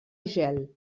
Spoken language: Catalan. gel